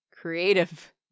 creative